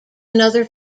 another